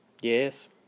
Yes